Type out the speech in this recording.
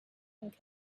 and